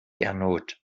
gernot